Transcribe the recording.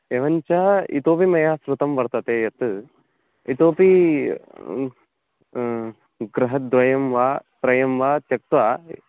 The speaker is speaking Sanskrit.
एवं च इतोपि मया श्रुतं वर्तते यत् इतोपि गृहद्वयं वा त्रयं वा त्यक्त्वा